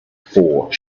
four